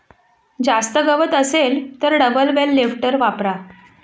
जास्त गवत असेल तर डबल बेल लिफ्टर वापरा